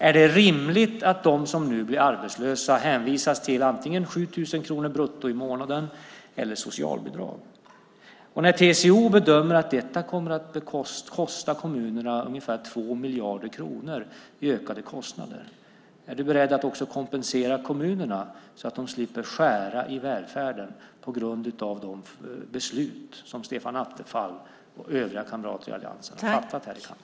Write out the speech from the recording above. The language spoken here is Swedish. Är det rimligt att de som nu blir arbetslösa hänvisas till antingen 7 000 kronor brutto i månaden eller socialbidrag? TCO bedömer att detta kommer att ge kommunerna ungefär 2 miljarder kronor i ökade kostnader. Är du då beredd att kompensera kommunerna så att de slipper skära i välfärden på grund av de beslut som Stefan Attefall och övriga kamrater i alliansen har fattat här i kammaren?